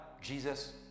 Jesus